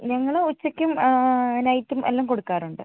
ഞങ്ങള് ഉച്ചക്കും നൈറ്റും എല്ലാം കൊടുക്കാറുണ്ട്